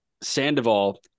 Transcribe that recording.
Sandoval